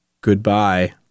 Goodbye